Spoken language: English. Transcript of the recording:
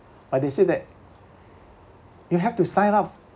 but they said that you have to sign up